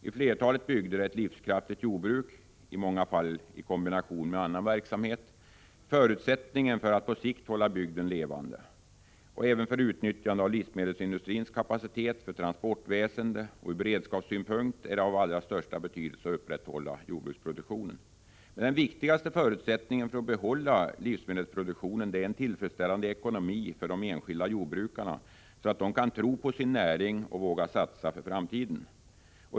I flertalet bygder är ett livskraftigt jordbruk, i många fall i kombination med annan verksamhet, förutsättningen för att på sikt hålla bygden levande. Även för utnyttjande av livsmedelsindustrins kapacitet och för transportväsendet samt ur beredskapssynpunkt är det av allra största betydelse att upprätthålla jordbruksproduktionen. Den viktigaste förutsättningen för att behålla livsmedelsproduktionen är en tillfredsställande ekonomi för de enskilda jordbrukarna, så att de kan tro på sin näring och våga satsa för framtiden.